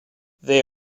they